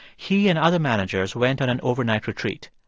he and other managers went on an overnight retreat.